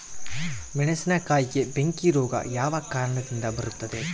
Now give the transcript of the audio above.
ಮೆಣಸಿನಕಾಯಿಗೆ ಬೆಂಕಿ ರೋಗ ಯಾವ ಕಾರಣದಿಂದ ಬರುತ್ತದೆ?